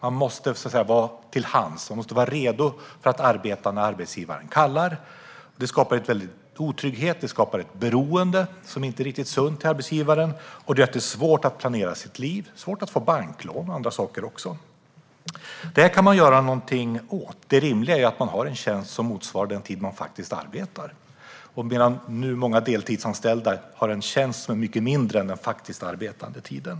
Man måste vara till hands och vara redo att arbeta när arbetsgivaren kallar. Det skapar otrygghet och ett osunt beroende till arbetsgivaren. Det gör det svårt att planera sitt liv. Det gör det också svårt att få banklån och annat. Detta kan vi göra något åt. Det rimliga är att man har en tjänst som motsvarar den tid man faktiskt arbetar. Många deltidsanställda har en tjänst som är mycket mindre än den faktiskt arbetade tiden.